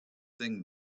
sing